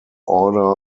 order